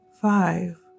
five